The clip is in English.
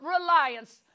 reliance